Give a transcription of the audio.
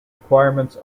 requirements